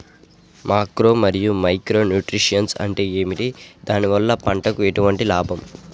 Macro మరియు micro nutrients అంటే ఏమిటి? దీనివల్ల పంటకు ఎటువంటి లాభం?